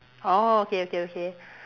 orh okay okay okay